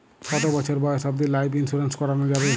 কতো বছর বয়স অব্দি লাইফ ইন্সুরেন্স করানো যাবে?